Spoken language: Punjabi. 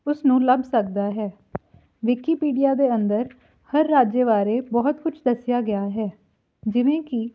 ਉਸ ਨੂੰ ਲੱਭ ਸਕਦਾ ਹੈ ਵਿਕੀਪੀਡੀਆ ਦੇ ਅੰਦਰ ਹਰ ਰਾਜ ਬਾਰੇ ਬਹੁਤ ਕੁਛ ਦੱਸਿਆ ਗਿਆ ਹੈ ਜਿਵੇਂ ਕਿ